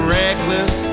reckless